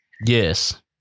Yes